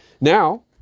Now